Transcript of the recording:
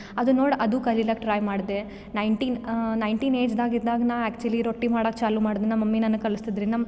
ಅದನ್ನು ನೋಡಿ ಅದು ಕಲಿಯೋಕ್ಕೆ ಟ್ರೈ ಮಾಡ್ದೆ ನೈನ್ ಟೀನ್ ನೈನ್ ಟೀನ್ ಏಜ್ದಾಗ ಇದ್ದಾಗ ನಾ ಆ್ಯಕ್ಚುವಲಿ ರೊಟ್ಟಿ ಮಾಡೋಕ್ಕೆ ಚಾಲು ಮಾಡಿದೆ ನಮ್ಮ ಮಮ್ಮಿ ನನಗೆ ಕಲಿಸಿದ್ದು ರೀ ನಮ್ಮ